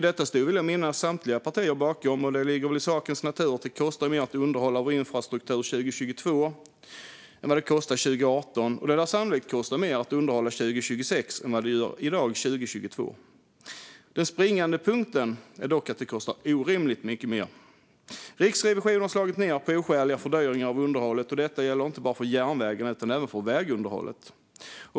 Detta vill jag minnas att samtliga partier stod bakom. Och det ligger väl i sakens natur att det kostar mer att underhålla vår infrastruktur 2022 än vad det kostade 2018. Och det lär sannolikt kosta mer att underhålla 2026 än vad det gör i dag 2022. Den springande punkten är dock att det kostar orimligt mycket mer. Riksrevisionen har slagit ned på oskäliga fördyringar av underhållet, och detta gäller inte bara för järnvägen utan även för vägunderhållet.